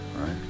right